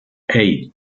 hey